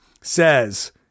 says